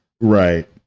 Right